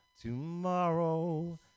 Tomorrow